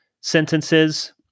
sentences